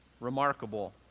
remarkable